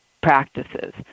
practices